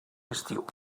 estiu